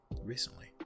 recently